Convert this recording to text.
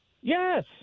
Yes